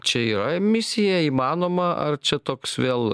čia yra misija įmanoma ar čia toks vėl